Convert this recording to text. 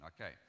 okay